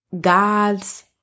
God's